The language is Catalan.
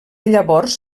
llavors